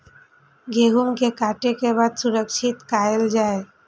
गेहूँ के काटे के बाद सुरक्षित कायल जाय?